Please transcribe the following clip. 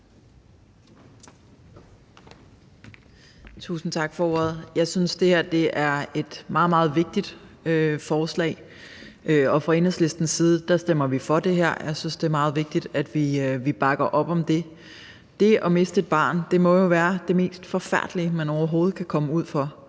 Tusind tak for ordet. Jeg synes, det her er et meget, meget vigtigt forslag, og fra Enhedslistens side stemmer vi for forslaget. Jeg synes, det er meget vigtigt, at vi bakker op om det. Det at miste et barn må være det mest forfærdelige, man overhovedet kan komme ud for.